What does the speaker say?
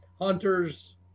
hunters